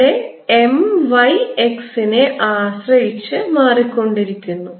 ഇവിടെ M y X നെ ആശ്രയിച്ച് മാറിക്കൊണ്ടിരിക്കുന്നു